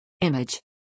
Image